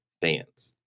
fans